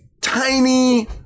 tiny